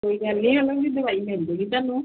ਕੋਈ ਗੱਲ ਨਹੀਂ ਉਹਨਾਂ ਦੀ ਦਵਾਈ ਮਿਲ ਜੇਗੀ ਤੁਹਾਨੂੰ